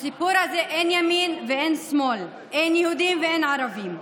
בסיפור הזה אין ימין שמאל, אין יהודים וערבים,